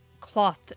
cloth